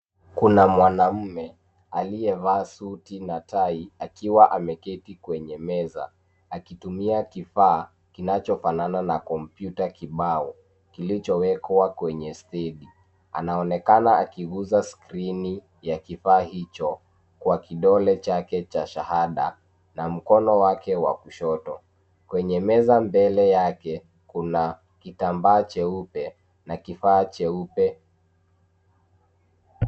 Kuna mwanamme aliyevaa suti na tai akiwa ameketi kwenye meza akitumia kifaa kinachofanana na kompyut kibao kilichowekwa kwenye staili anaonekana akiguza skrini ya kifaa hicho kwa kidole chake cha shahada na mkono wake wa kushoto, kwenye meza mbele yake kuna kitambaa cheupe na kifaa cheupe.